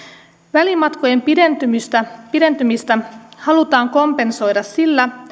välimatkojen pidentymistä pidentymistä halutaan kompensoida sillä